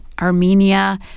Armenia